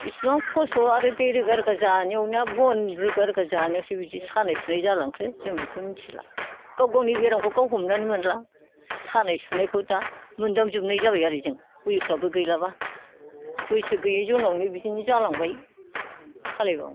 इसिबां खस्थ' आरो दै रोगा रोगा जानायावनो ना बन रोगा रोगा जानायावसो बिदि सानाय सुनाय जालांखो जों बेखौ मिथिला गाव गावनि बेरामखौ गाव गावनो हमनानै मोनला सानाय सुनायखौ दा मोन्दांजोबनाय जाबाय आरो जों बैसोआबो गैलाब्ला बैसो गैयि जनावनो बिदिनो जालांबाय मा खालायबावनो